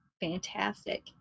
fantastic